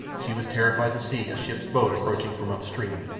she was terrified to see a ship's boat approaching from up-stream,